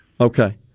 okay